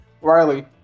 Riley